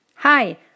Hi